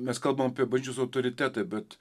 mes kalbam apie bažnyčios autoritetą bet